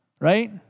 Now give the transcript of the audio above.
right